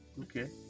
Okay